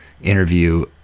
interview